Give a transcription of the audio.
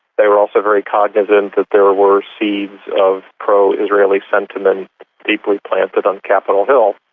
they were also very cognisant that there were seeds of pro-israeli sentiment deeply planted on capitol hill.